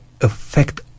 affect